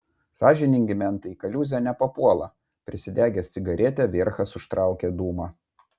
sąžiningi mentai į kaliūzę nepapuola prisidegęs cigaretę vierchas užtraukė dūmą